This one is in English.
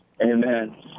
Amen